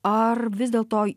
ar vis dėlto